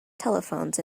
telephones